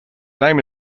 name